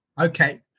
Okay